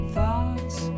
Thoughts